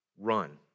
Run